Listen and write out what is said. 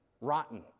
rotten